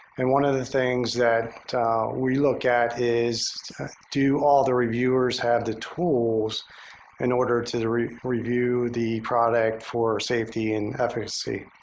and one of the things that we look at is do all the reviewers had the tools in order to review review the product for safety and efficacy.